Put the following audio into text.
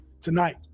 tonight